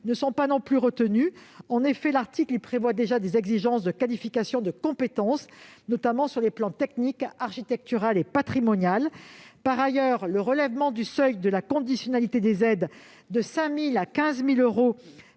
rectifié et 1597 rectifié : l'article prévoit déjà des exigences en matière de qualification et de compétences, notamment sur les plans technique, architectural et patrimonial. Par ailleurs, le relèvement du seuil de la conditionnalité des aides de 5 000 à 15 000 euros